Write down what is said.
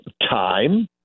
time